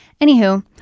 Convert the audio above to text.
Anywho